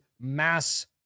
mass